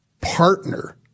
partner